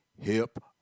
hip